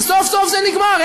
וסוף-סוף זה נגמר.